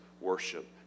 worship